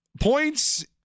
points